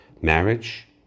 marriage